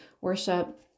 worship